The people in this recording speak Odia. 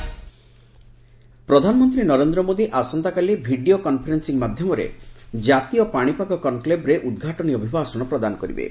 ମେଟ୍ରୋଲୋଜି କନ୍କ୍ଲେଭ୍ ପ୍ରଧାନମନ୍ତ୍ରୀ ନରେନ୍ଦ୍ର ମୋଦୀ ଆସନ୍ତାକାଲି ଭିଡ଼ିଓ କନ୍ଫରେନ୍ଦିଂ ମାଧ୍ୟମରେ ଜାତୀୟ ପାଣିପାଗ କନ୍କ୍ଲେଭ୍ରେ ଉଦ୍ଘାଟନୀ ଅଭିଭାଷଣ ପ୍ରଦାନ କରିବେ